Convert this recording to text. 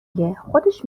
گه، خودش